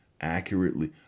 accurately